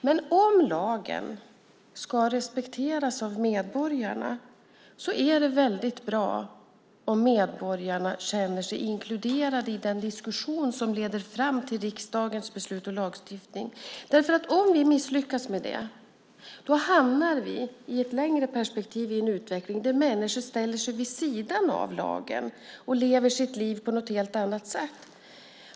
Men om lagen ska respekteras av medborgarna är det väldigt bra om medborgarna känner sig inkluderade i den diskussion som leder fram till riksdagens beslut och lagstiftning. Om vi misslyckas med det hamnar vi nämligen i ett längre perspektiv i en utveckling där människor ställer sig vid sidan av lagen och lever sitt liv på ett helt annat sätt.